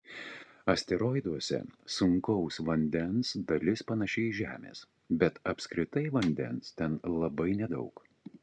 asteroiduose sunkaus vandens dalis panaši į žemės bet apskritai vandens ten labai nedaug